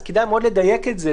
כך שכדאי מאוד לדייק את זה.